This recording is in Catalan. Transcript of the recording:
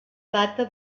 data